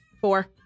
Four